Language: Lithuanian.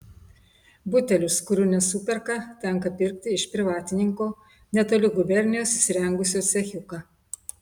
butelius kurių nesuperka tenka pirkti iš privatininko netoli gubernijos įsirengusio cechiuką